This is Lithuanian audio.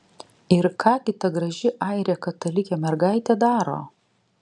ir ką gi ta graži airė katalikė mergaitė daro